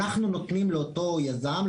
אנחנו נותנים לאותו יזם,